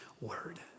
Word